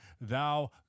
thou